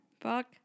fuck